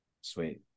sweet